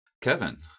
Kevin